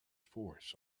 force